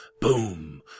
boom